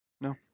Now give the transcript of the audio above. No